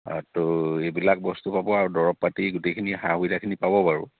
হয় ত' এইবিলাক বস্তু পাব আৰু দৰৱ পাতি গোটেইখিনি সা সুবিধাখিনি পাব বাৰু